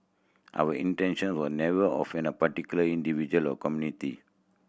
our intention were never offend a particular individual or community